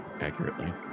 accurately